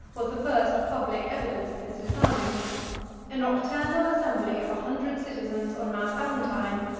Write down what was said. was the first public evidence of his designs a nocturnal assembly of a hundred citizens on mount aventine,